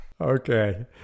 Okay